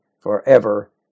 forever